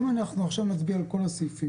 אם אנחנו מצביעים על כל הסעיף,